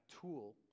tool